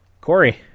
Corey